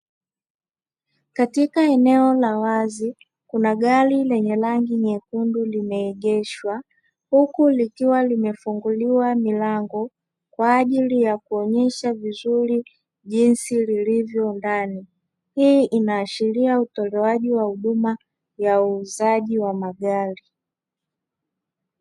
Katika eneo la wazi kuna gari lenye rangi nyekundu limeegeshwa, huku likiwa limefunguliwa milango kwa ajili ya kuonyesha vizuri jinsi lilivyo ndani; hii inaashiria utolewaji wa huduma ya uuzaji wa magari.